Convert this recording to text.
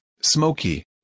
smoky